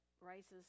rises